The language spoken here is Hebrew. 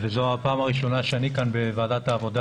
זו הפעם הראשונה שאני בוועדת העבודה,